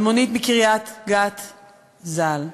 אלמונית מקריית-גת ז"ל.